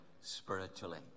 spiritually